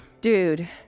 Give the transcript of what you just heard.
Dude